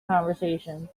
conversation